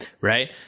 right